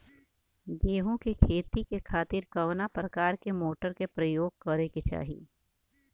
गेहूँ के खेती के खातिर कवना प्रकार के मोटर के प्रयोग करे के चाही?